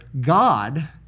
God